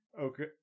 Okay